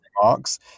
remarks